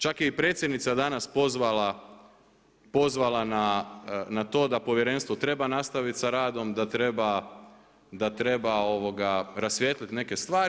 Čak je i predsjednica danas pozvala na to da povjerenstvo treba nastaviti sa radom, da treba rasvijetliti neke stvari.